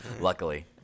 Luckily